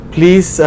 Please